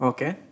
Okay